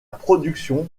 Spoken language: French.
production